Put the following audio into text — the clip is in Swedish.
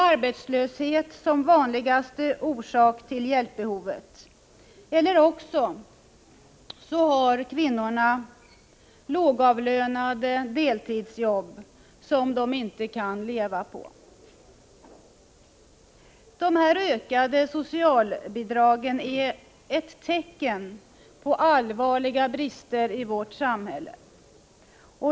Arbetslöshet är den vanligaste orsaken till hjälpbehovet, eller också har kvinnorna lågavlönade deltidsjobb som de inte kan leva på. De ökade socialbidragen är ett tecken på allvarliga brister i vårt samhälle.